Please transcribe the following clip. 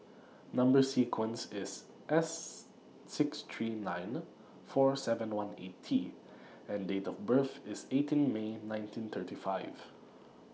Number sequence IS S six three nine four seven one eight T and Date of birth IS eighteen May nineteen thirty five